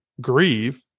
grieve